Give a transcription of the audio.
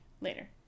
Later